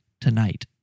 tonight